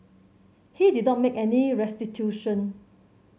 he did not make any restitution